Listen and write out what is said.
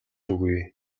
үгүй